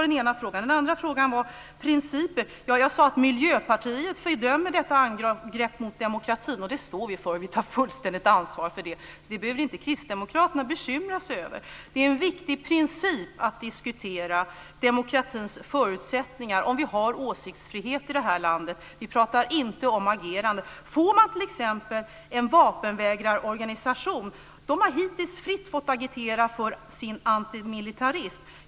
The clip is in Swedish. Den andra frågan gällde principen. Jag sade att Miljöpartiet fördömer detta angrepp mot demokratin. Det står vi för, och vi tar fullständigt ansvar för det. Det behöver kristdemokraterna inte bekymra sig över. Det är en viktig princip att vi med den åsiktsfrihet som vi har får diskutera demokratins förutsättningar i vårt land. Vi pratar inte om agerandet. En vapenvägrarorganisation har t.ex. hittills fritt fått agitera för sin antimilitarism.